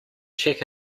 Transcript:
check